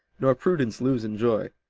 nor prudence lose in joy,